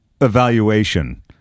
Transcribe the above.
evaluation